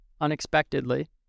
unexpectedly